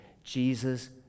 Jesus